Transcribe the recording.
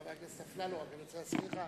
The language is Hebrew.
חבר הכנסת אפללו, אני רוצה להזכיר לך.